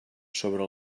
sobre